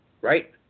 right